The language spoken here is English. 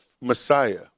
Messiah